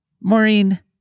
Maureen